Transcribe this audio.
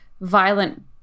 violent